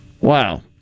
Wow